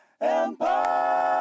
Empire